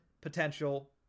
potential